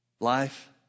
life